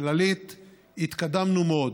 כללית התקדמנו מאוד,